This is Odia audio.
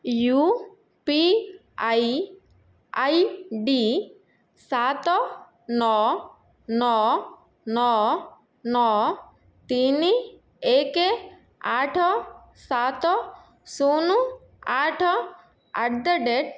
ୟୁ ପି ଆଇ ଆଇଡ଼ି ସାତ ନଅ ନଅ ନଅ ନଅ ତିନି ଏକ ଆଠ ସାତ ଶୂନ ଆଠ ଆଟ୍ ଦ ରେଟ୍